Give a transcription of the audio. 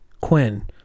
Quinn